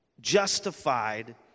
justified